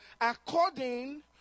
according